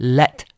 let